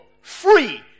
free